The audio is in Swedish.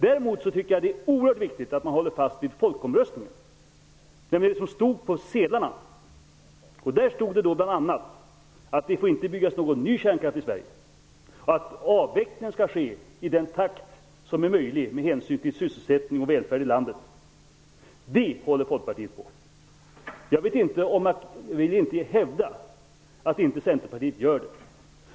Däremot tycker jag att det är oerhört viktigt att man håller fast vid resultatet från folkomröstningen, vid det som stod på valsedlarna. Där stod det bl.a. att det inte får byggas några nya kärnkraftverk i Sverige och att avveckling skall ske i den takt som är möjlig med hänsyn till sysselsättning och välfärd i landet. Det håller Folkpartiet på. Jag vill inte hävda att inte Centerpartiet gör det.